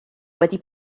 wedi